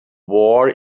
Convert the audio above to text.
war